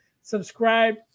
subscribe